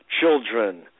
children